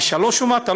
מ-3 ומטה,